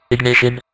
Ignition